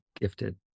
gifted